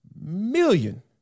million